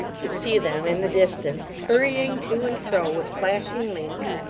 could see them in the distance, hurrying to and fro with flashing links,